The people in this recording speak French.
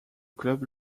club